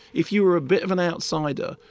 if you were a bit of an outsider,